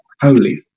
holy